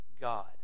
God